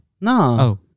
No